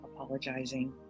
apologizing